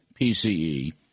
PCE